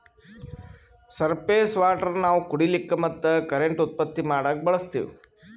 surface water ನಾವ್ ಕುಡಿಲಿಕ್ಕ ಮತ್ತ್ ಕರೆಂಟ್ ಉತ್ಪತ್ತಿ ಮಾಡಕ್ಕಾ ಬಳಸ್ತೀವಿ